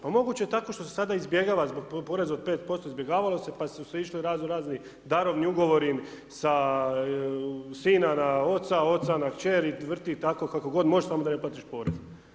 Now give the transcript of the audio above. Pa moguće je tako što se sada izbjegava zbog poreza od 5%, izbjegavalo se, pa su se išli razno raznim ugovorima sa sina na oca, oca na kćer i vrti tako kako god može samo da ne platiš porez.